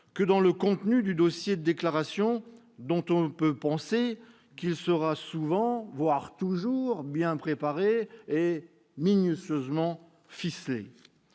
que dans le contenu du dossier de déclaration, dont on peut penser qu'il sera souvent, sinon toujours, bien préparé et minutieusement ficelé.